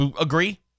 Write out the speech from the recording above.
Agree